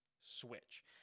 Switch